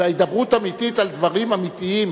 אלא הידברות אמיתית על דברים אמיתיים.